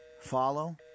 follow